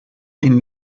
ihnen